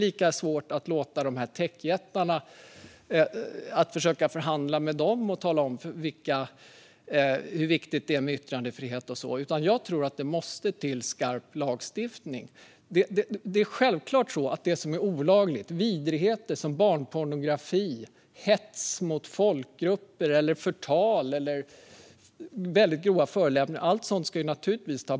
Lika svårt tror jag att det är att försöka förhandla med techjättarna och tala om hur viktigt det är med yttrandefrihet. Jag tror att det måste till skarp lagstiftning. Självklart ska sådant som är olagligt - barnpornografi, hets mot folkgrupper, förtal eller väldigt grova förolämpningar - tas bort.